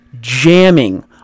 jamming